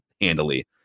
handily